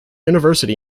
university